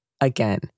Again